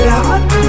Lord